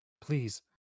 please